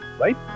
right